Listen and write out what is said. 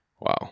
Wow